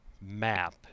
map